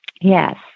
yes